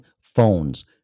phones